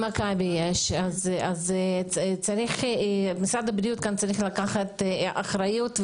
אז משרד הבריאות צריך לקחת על זה אחריות,